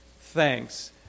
thanks